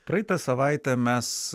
praeitą savaitę mes